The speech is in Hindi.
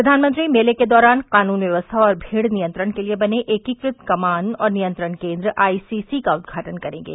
प्रधानमंत्री मेले के दौरान कानून व्यवस्था और भीड़ नियंत्रण के लिये बने एकीकृत कमान और नियंत्रण केन्द्र आईसीसी का उद्घाटन करेंगे